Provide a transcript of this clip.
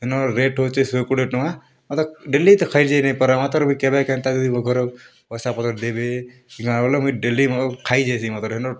ହେନ ରେଟ୍ ହଉଛେ ଶହେ କୋଡ଼ିଏ ଟଙ୍କା ଡେଲିତ ଖାଇ ଯାଇନେ ପାରବାଁ ମାତର୍ ବି କେବେ କେନ୍ତା କରି ଘର ପଇସା ପତର୍ ଦେଇ ଦେଇ ମୁଇଁ ଡେଲି ମତର୍ ଖାଇ ଯାଇସି ମତର୍ ହେନ